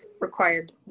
required